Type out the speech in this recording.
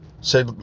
Say